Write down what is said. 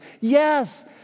Yes